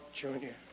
Junior